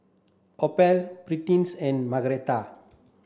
Opal Prentice and Margarette